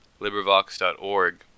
LibriVox.org